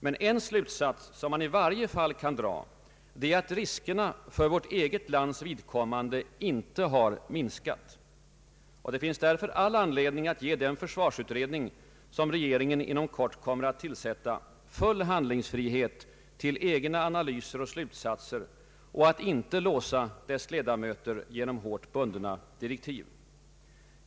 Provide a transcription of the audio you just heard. Men en slutsats, som man i varje fall kan dra, är att riskerna för vårt eget lands vidkommande inte minskat, Det finns därför all anledning att ge den försvarsutredning, som regeringen inom kort kommer att tillsätta, full handlingsfrihet till egna analyser och slutsatser och att inte låsa dess ledamöter genom hårt bundna direktiv.